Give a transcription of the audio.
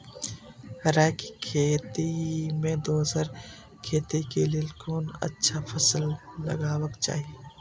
राय के खेती मे दोसर खेती के लेल कोन अच्छा फसल लगवाक चाहिँ?